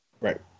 Right